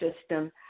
system